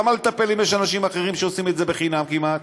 למה לטפל אם יש אנשים אחרים שעושים את זה חינם כמעט?